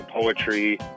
poetry